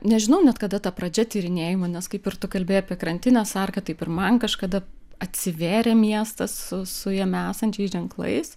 nežinau net kada ta pradžia tyrinėjimų nes kaip ir tu kalbėjai apie krantinės arką taip ir man kažkada atsivėrė miestas su su jame esančiais ženklais